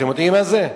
אתם יודעים מה זה?